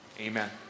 Amen